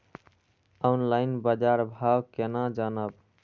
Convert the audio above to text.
Online बाजार भाव केना जानब?